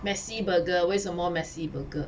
messy burger 为什么 messy burger